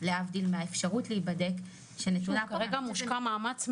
כשכל חברי הכנסת מכל